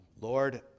Lord